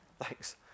Thanks